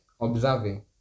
observing